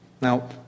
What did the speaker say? Now